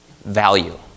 value